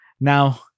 now